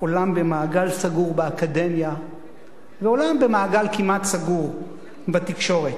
עולם במעגל סגור באקדמיה ועולם במעגל כמעט סגור בתקשורת.